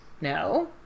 No